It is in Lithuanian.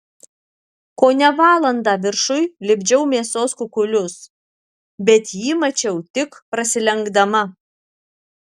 kone valandą viršuj lipdžiau mėsos kukulius bet jį mačiau tik prasilenkdama